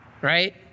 right